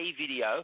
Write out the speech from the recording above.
video